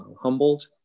humbled